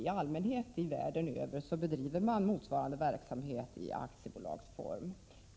I allmänhet bedrivs motsvarande verksamhet i aktiebolagsform världen över.